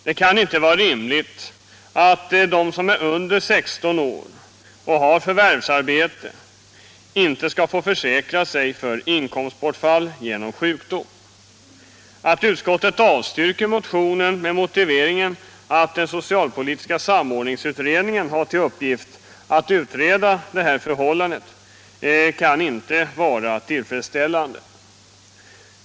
Det kan inte vara rimligt att de som är under 16 år och har förvärvsarbete inte skall få försäkra sig för inkomstbortfall genom sjukdom. Att utskottet avstyrker motionen med motiveringen att den socialpolitiska samordningsutredningen har till uppgift att utreda detta förhållande kan inte vara tillfredsställande.